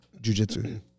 Jiu-Jitsu